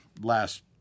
last